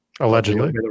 Allegedly